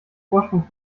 vorsprung